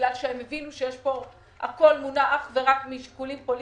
בגלל שהם הבינו שהכול מונע אך ורק משיקולים פוליטיים.